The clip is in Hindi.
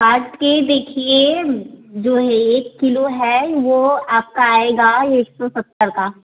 काट के देखिए जो है एक किलो है वह आपका आएगा एक सौ सत्तर का